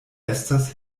estas